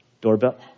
doorbell